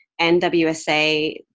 NWSA